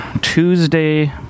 Tuesday